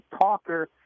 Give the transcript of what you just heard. talker